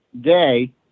day